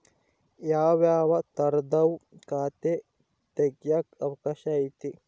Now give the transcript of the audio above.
ಯಾವ್ಯಾವ ತರದುವು ಖಾತೆ ತೆಗೆಕ ಅವಕಾಶ ಐತೆ?